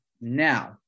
Now